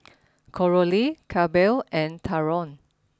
Coralie Clabe and Talon